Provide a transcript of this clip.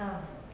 ah